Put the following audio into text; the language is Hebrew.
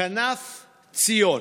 כנף ציון,